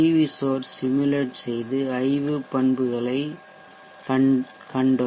we source simulate செய்து IV பண்புகளைக் கண்டோம்